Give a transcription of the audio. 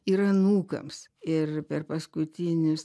ir anūkams ir per paskutinius